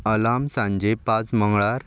alarm सांजे पांच मंगळार